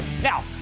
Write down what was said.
Now